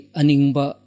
aningba